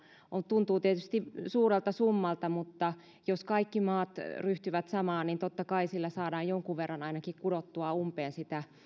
tuntuu tietysti suurelta summalta mutta jos kaikki maat ryhtyvät samaan niin totta kai sillä saadaan jonkun verran ainakin kurottua umpeen sitä